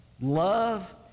Love